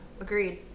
Agreed